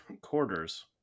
Quarters